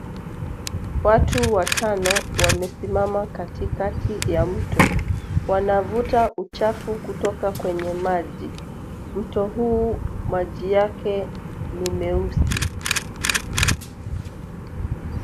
Watu watano wamesimama katikati ya mto. Wanavuta uchafu kutoka kwenye maji. Mto huu maji yake ni meusi.